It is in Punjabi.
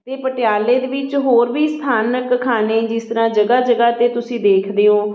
ਅਤੇ ਪਟਿਆਲੇ ਦੇ ਵਿੱਚ ਹੋਰ ਵੀ ਸਥਾਨਕ ਖਾਣੇ ਜਿਸ ਤਰ੍ਹਾਂ ਜਗ੍ਹਾ ਜਗ੍ਹਾ 'ਤੇ ਤੁਸੀਂ ਦੇਖਦੇ ਹੋ